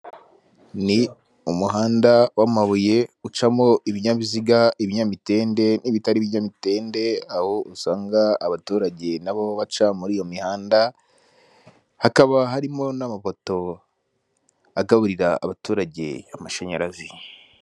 Ni umuhanda w'amabuye ucamo ibinyabiziga ,ibinyamitende n'ibitari ibinyabitende aho usanga abaturage nabo baca muri iyo mihanda hakaba harimo n'amapoto agaburira abaturage amashanyarazi.